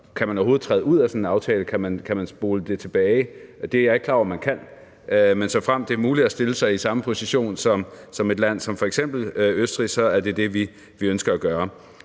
om man overhovedet kan træde ud af sådan en aftale, og om man kan spole det tilbage. Det er jeg ikke klar over om man kan. Men såfremt det er muligt at stille sig i samme position som et land som f.eks. Østrig, er det det, vi ønsker at gøre.